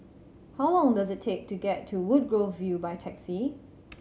how long does it take to get to Woodgrove View by taxi